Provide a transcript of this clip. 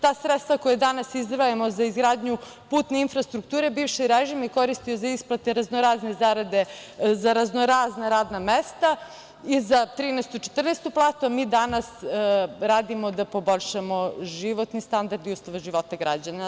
Ta sredstva koja danas izdvajamo za izgradnju putne infrastrukture bivši režim je koristio za isplate za raznorazna radna mesta i za 13. i 14. platu, a mi danas radimo da poboljšamo životni standard i uslove života građana.